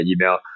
email